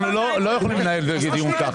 אנחנו לא יכולים לנהל דיון ככה.